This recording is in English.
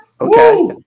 Okay